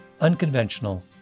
unconventional